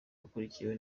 wakurikiye